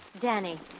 Danny